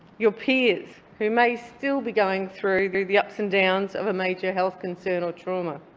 your peers who may still be going through through the ups and downs of a major health concern or trauma.